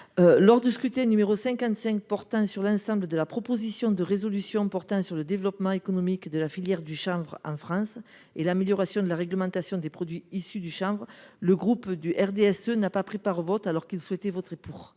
lors du scrutin numéro 55 portant sur l'ensemble de la proposition de résolution portant sur le développement économique de la filière du chanvre en France et l'amélioration de la réglementation des produits issus du chanvre, le groupe du RDSE, n'a pas pris part au vote alors qu'il souhaitait voteraient pour.